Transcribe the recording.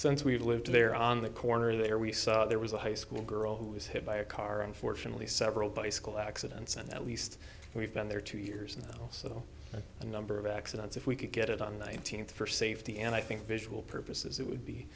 since we've lived there on the corner there we saw there was a high school girl who was hit by a car unfortunately several bicycle accidents and at least we've been there two years and also the number of accidents if we could get it on nineteenth for safety and i think visual purposes it would be